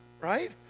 right